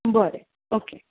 बरें ओके